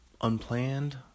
unplanned